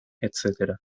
etc